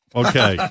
okay